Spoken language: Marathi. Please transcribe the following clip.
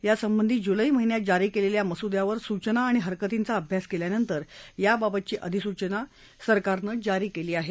यासंबंधी जुलै महिन्यात जारी केलेल्या मसुद्यावर सूचना आणि हरकतींचा अभ्यास केल्यानंतर याबाबत अधिसूचना जारी केली आहे